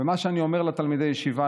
ומה שאני אומר לתלמידי ישיבה,